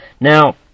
Now